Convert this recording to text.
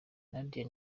nadia